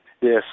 Yes